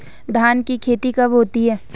धान की खेती कब होती है?